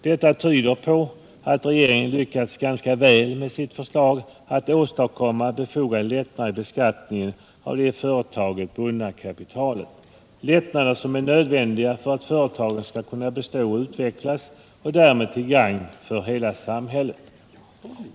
Detta tyder på att regeringen med sitt förslag lyckats ganska väl att åstadkomma befogade lättnader i beskattningen av det i företagen bundna kapitalet, lättnader som är nödvändiga för att företagen skall bestå och utvecklas och därmed vara till gagn för hela samhället.